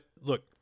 look